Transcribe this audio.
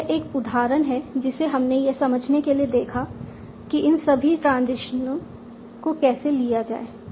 अब यह एक उदाहरण है जिसे हमने यह समझने के लिए देखा है कि इन सभी ट्रांजिशनों को कैसे लिया जाए